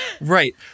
Right